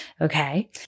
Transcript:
Okay